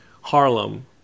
Harlem